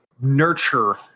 nurture